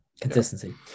consistency